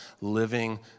living